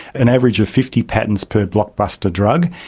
an average of fifty patents per blockbuster drug,